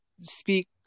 speak